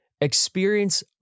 experience